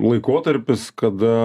laikotarpis kada